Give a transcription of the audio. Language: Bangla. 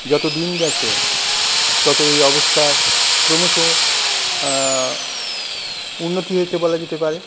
যত দিন গিয়েছে ততই অবস্থার ক্রমশ উন্নতি হয়েছে বলা যেতে পারে